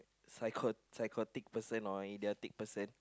psycho~ psychotic person or idiotic person